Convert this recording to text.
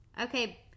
Okay